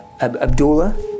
abdullah